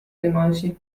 võimalusi